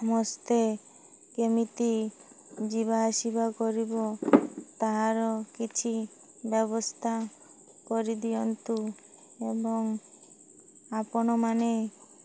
ସମସ୍ତେ କେମିତି ଯିବା ଆସିବା କରିବ ତାହାର କିଛି ବ୍ୟବସ୍ଥା କରି ଦିଅନ୍ତୁ ଏବଂ ଆପଣମାନେ